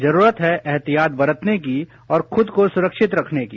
जरूरत है एहतियात बरतने की और खुद को सुरक्षित रखने की